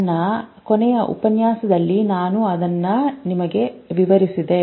ನನ್ನ ಕೊನೆಯ ಉಪನ್ಯಾಸದಲ್ಲಿ ನಾನು ಅದನ್ನು ವಿವರಿಸಿದ್ದೆ